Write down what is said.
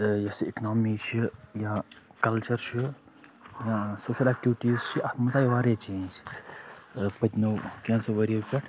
یۄسہٕ اِکنامی چھِ یا کَلچر چھُ سوشَل اٮ۪کٹٕوِٹیٖز چھِ اَتھ منٛز آیہِ واریاہ چینٛج پٔتمو کینٛژھو ؤریو پٮ۪ٹھ